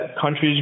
countries